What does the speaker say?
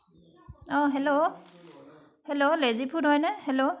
অঁ hello hello lazy food হয়নে hello